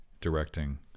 directing